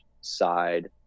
side